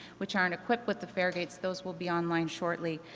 which aren't equipped with the fare gates, those will be online shortly.